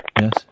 Yes